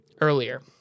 Earlier